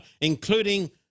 including